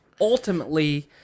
ultimately